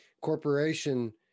corporation